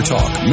Talk